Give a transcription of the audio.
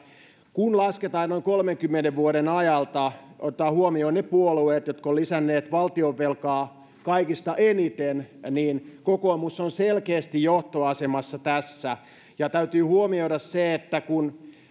kun lasketaan noin kolmenkymmenen vuoden ajalta ne puolueet jotka ovat lisänneet valtionvelkaa kaikista eniten niin kokoomus on selkeästi johtoasemassa tässä täytyy huomioida se että kun